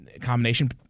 combination